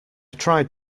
tried